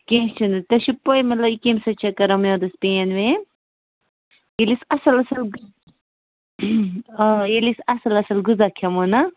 کیٚنہہ چھِنہٕ تۄہہِ چھُو پَے مطلب یہِ کٔمۍ سۭتۍ چھِ کران میادَس پین وین ییٚلہِ أسۍ اَصٕل اَصٕل غذا آ ییٚلہِ أسۍ اَصٕل اَصٕل غذا کھٮ۪مو نا